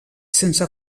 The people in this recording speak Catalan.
sense